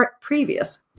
previous